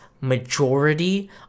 majority